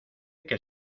que